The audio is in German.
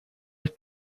ist